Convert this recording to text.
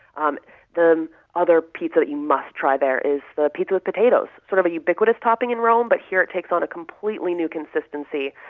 um the other pizza that you must try there is the pizza with potatoes. it's sort of a ubiquitous topping in rome, but here it takes on a completely new consistency.